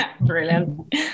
Brilliant